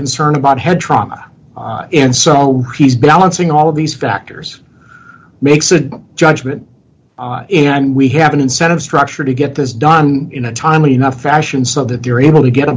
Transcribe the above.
concern about head trauma and so he's balancing all of these factors makes a judgment and we have an incentive structure to get this done in a timely enough fashion so that they're able to get a